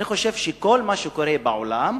אני חושב שכל מה שקורה בעולם,